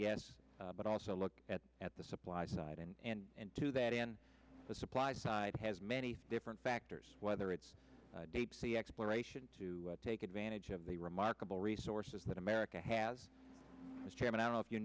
yes but also look at at the supply side and to that end the supply side has many different factors whether it's deep sea exploration to take advantage of the remarkable resources that america has as chairman i don't know if you